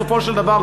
בסופו של דבר,